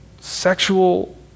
sexual